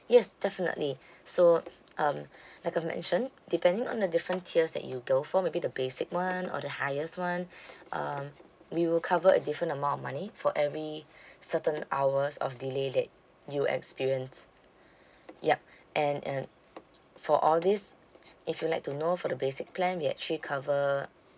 yes definitely so um like I mentioned depending on the different tiers that you go for maybe the basic one or the highest one um we will cover a different amount of money for every certain hours of delay that you experience yup and and for all this if you would like to know for the basic plan we actually cover